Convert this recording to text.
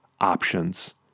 options